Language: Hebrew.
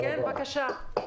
כן, בבקשה.